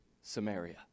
Samaria